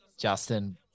Justin